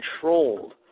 controlled